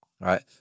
right